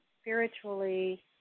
spiritually